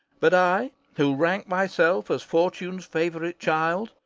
but i who rank myself as fortune's favorite child,